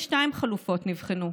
22 חלופות נבחנו,